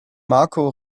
marco